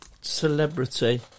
celebrity